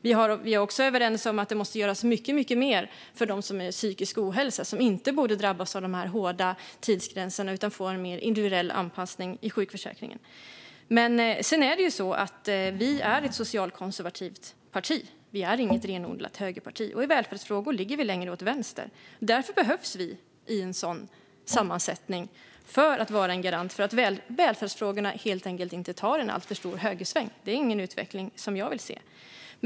Vi har också varit överens om att det måste göras mycket mer för dem med psykisk ohälsa, som inte borde drabbas av de hårda tidsgränserna utan borde få en mer individuell anpassning i sjukförsäkringen. Sedan är det ju så att vi är ett socialkonservativt parti. Vi är inget renodlat högerparti. I välfärdsfrågor ligger vi längre åt vänster. Därför behövs vi i en sådan här sammansättning, som en garant för att välfärdsfrågorna helt enkelt inte tar en alltför stor högersväng. Det är ingen utveckling som jag vill se.